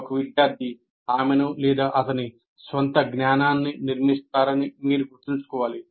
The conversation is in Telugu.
ఒక విద్యార్థి ఆమెను లేదా అతని స్వంత జ్ఞానాన్ని నిర్మిస్తారని మీరు గుర్తుంచుకోవాలి